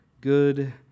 good